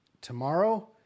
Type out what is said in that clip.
tomorrow